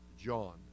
John